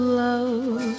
love